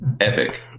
Epic